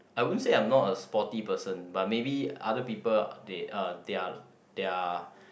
I wouldn't say I'm not a sporty person but maybe other people they uh they are they are